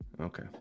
okay